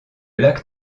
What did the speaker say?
lac